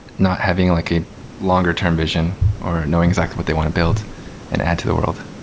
not having like a longer term vision or knowing exactly what they want to build and add to the world